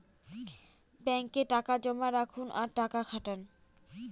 ব্যাঙ্কে টাকা জমা রাখুন আর টাকা খাটান